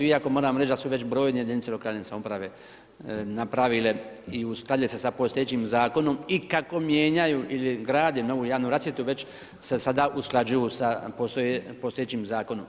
Iako moram reći da su već brojne jedinice lokalne samouprave napravile i uskladile se sa postojećim zakonom i kako mijenjaju ili grade novu javnu rasvjetu, već se sada usklađuju sa postojećim zakonom.